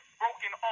broken